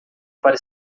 para